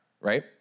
right